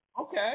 Okay